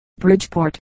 Bridgeport